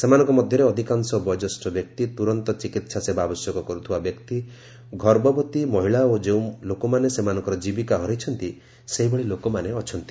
ସେମାନଙ୍କ ମଧ୍ୟରେ ଅଧିକଂଶ ବୟୋଜ୍ୟେଷ୍ଠ ବ୍ୟକ୍ତି ତୁରନ୍ତ ଚିକିତ୍ସା ସେବା ଆବଶ୍ୟକ କରୁଥିବା ବ୍ୟକ୍ତି ଗର୍ଭବତୀ ମହିଳା ଓ ଯେଉଁ ଲୋକମାନେ ସେମାନଙ୍କର ଜୀବିକା ହରାଇଛନ୍ତି ସେହିଭଳି ଲୋକମାନେ ଅଛନ୍ତି